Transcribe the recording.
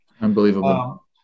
Unbelievable